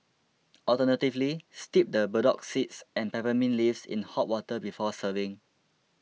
alternatively steep the burdock seeds and peppermint leaves in hot water before serving